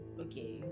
okay